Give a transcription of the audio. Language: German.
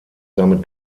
damit